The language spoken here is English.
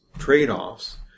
Trade-offs